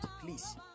Please